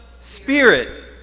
Spirit